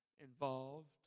involved